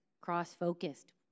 cross-focused